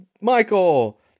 Michael